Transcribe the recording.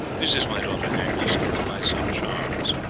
this is my daughter agnes, and my son charles.